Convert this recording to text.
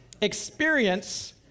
experience